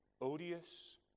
odious